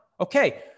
Okay